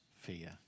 fear